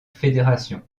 fédération